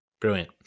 Brilliant